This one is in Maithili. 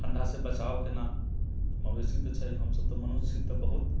ठंडा से बचाऊ केना मवेशी तऽ छै हम सभ तऽ मनुष्य तऽ बहुत